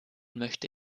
möchte